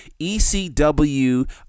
ECW